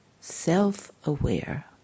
self-aware